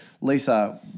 Lisa